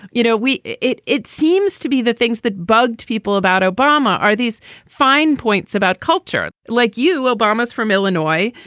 you know, we it it it seems to be the things that bugged people about obama. are these fine points about culture like you? obama's from illinois.